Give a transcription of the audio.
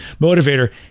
motivator